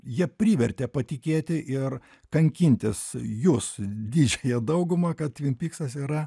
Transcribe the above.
jie privertė patikėti ir kankintis jus didžiąją daugumą kad tvimpyksas yra